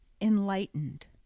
Enlightened